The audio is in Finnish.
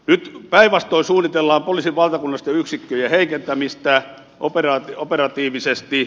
nyt päinvastoin suunnitellaan poliisin valtakunnallisten yksikköjen heikentämistä operatiivisesti